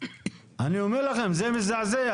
אני אומר לכם, זה מזעזע.